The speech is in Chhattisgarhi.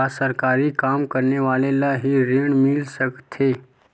का सरकारी काम करने वाले ल हि ऋण मिल सकथे?